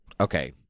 okay